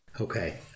Okay